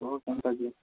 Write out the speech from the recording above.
କହ କ'ଣଟା କି